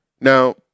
Now